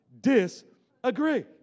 disagree